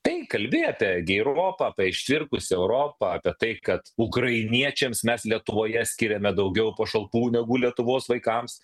tai kalbi apie geiropą apie ištvirkusią europą apie tai kad ukrainiečiams mes lietuvoje skiriame daugiau pašalpų negu lietuvos vaikams